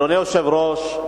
אדוני היושב-ראש,